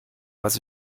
was